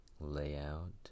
layout